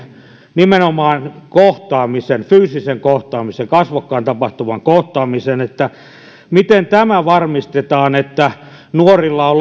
nimenomaan kohtaamisen fyysisen kohtaamisen kasvokkain tapahtuvan kohtaamisen miten tämä varmistetaan että nuorilla on